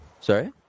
Sorry